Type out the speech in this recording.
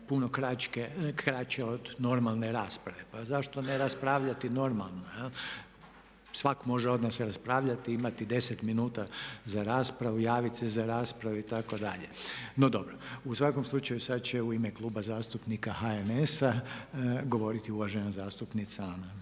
puno kraće od normalne rasprave. Pa zašto ne raspravljati normalno. Svak može od nas raspravljati i imati 10 minuta za raspravu, javit se za raspravu itd. No, dobro. U svakom slučaju sad će u ime Kluba zastupnika HNS-a govoriti uvažena zastupnica Anka